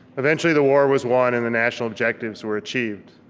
eventually the war was won and the national objectives were achieved.